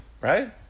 right